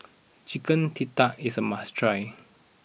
Chicken Tikka is a must try